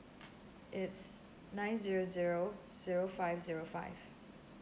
it's nine zero zero zero five zero five